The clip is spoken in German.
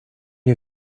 wir